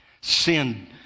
Sin